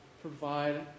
provide